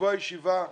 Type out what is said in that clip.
לקבוע ישיבה טנטטיבית,